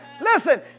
Listen